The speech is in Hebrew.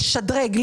לשדרג,